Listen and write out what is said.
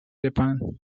japan